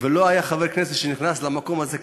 ולא היה חבר כנסת שנכנס למקום הזה,